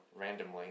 randomly